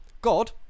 God